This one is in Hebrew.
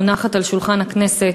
מונחת על שולחן הכנסת,